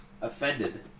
Offended